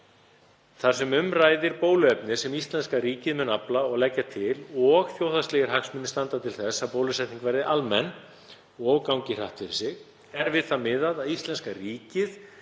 Þar sem um ræðir bóluefni sem íslenska ríkið mun afla og leggja til og þjóðhagslegir hagsmunir standa til þess að bólusetning verði almenn og gangi hratt fyrir sig er við það miðað að íslenska ríkið